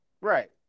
right